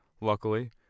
luckily